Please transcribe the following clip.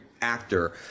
actor